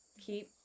keep